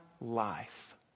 life